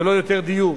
ולא יותר דיור.